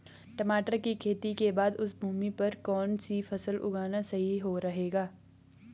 टमाटर की खेती के बाद उस भूमि पर कौन सी फसल उगाना सही रहेगा?